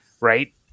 Right